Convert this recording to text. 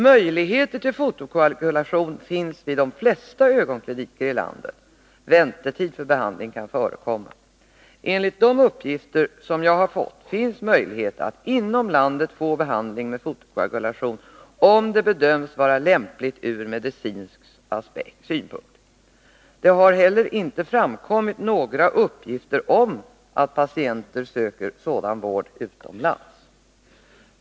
Möjligheter till fotokoagulation finns vid de flesta ögonkliniker i landet. Väntetid för behandling kan dock förekomma. Enligt de uppgifter som jag har fått finns möjlighet att inom landet få behandling med fotokoagulation, om detta bedöms vara lämpligt ur medicinsk aspekt. Några uppgifter har heller inte framkommit om att patienter söker sådan vård utomlands.